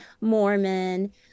Mormon